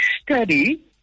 study